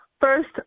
first